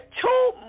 two